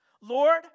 Lord